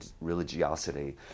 religiosity